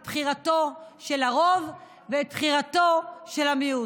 את בחירתו של הרוב ואת בחירתו של המיעוט.